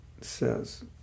says